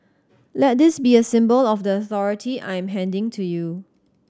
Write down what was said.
let this be a symbol of the authority I am handing to you